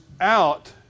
out